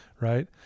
right